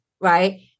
right